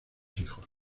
hijos